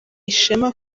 ishema